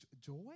joy